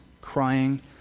crying